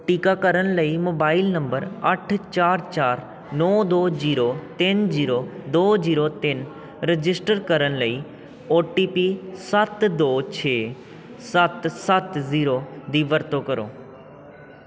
ਟੀਕਾਕਰਨ ਲਈ mobile number ਅੱਠ ਚਾਰ ਚਾਰ ਨੌਂ ਦੋ ਜ਼ੀਰੋ ਤਿੰਨ ਜ਼ੀਰੋ ਦੋ ਜ਼ੀਰੋ ਤਿੰਨ ਰਜਿਸਟਰ ਕਰਨ ਲਈ ਓ ਟੀ ਪੀ ਸੱਤ ਦੋ ਛੇ ਸੱਤ ਸੱਤ ਜ਼ੀਰੋ ਦੀ ਵਰਤੋਂ ਕਰੋ